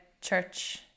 church